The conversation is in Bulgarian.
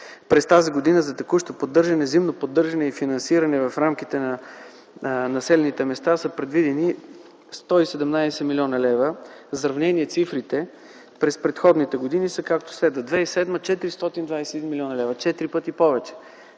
През тази година за текущо поддържане, зимно поддържане и финансиране в рамките на населените места са предвидени 117 млн. лв. За сравнение цифрите през предходните години са както следва: 2007 г. – 421 млн. лв., четири пъти повече,